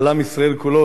על עם ישראל כולו,